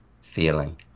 feeling